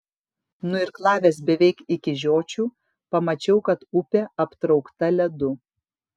nuirklavęs beveik iki žiočių pamačiau kad upė aptraukta ledu